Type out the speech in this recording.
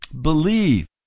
Believe